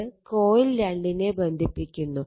ഇത് കോയിൽ 2 നെ ബന്ധിപ്പിക്കുന്നു